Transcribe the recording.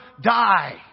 die